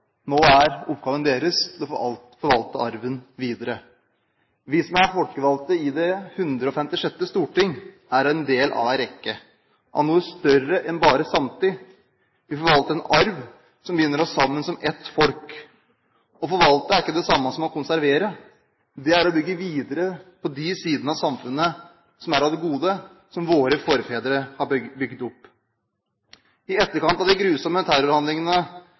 Nå har vi lagt grunnlaget, oppgaven deres er å forvalte arven videre. Vi som er folkevalgte i det 156. storting, er en del av en rekke, av noe større enn bare samtid. Vi forvalter en arv som binder oss sammen som ett folk. Å forvalte er ikke det samme som å konservere. Det er å bygge videre på de sidene av samfunnet som er av det gode, som våre forfedre har bygd opp. I etterkant av de grusomme terrorhandlingene